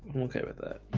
okay with that